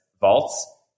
vaults